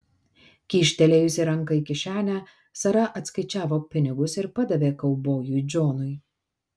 kyštelėjusi ranką į kišenę sara atskaičiavo pinigus ir padavė kaubojui džonui